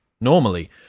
normally